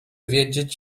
wiedzieć